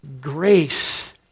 Grace